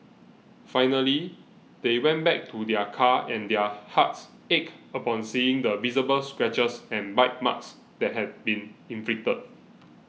finally they went back to their car and their hearts ached upon seeing the visible scratches and bite marks that had been inflicted